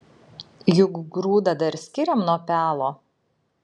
juk grūdą dar skiriam nuo pelo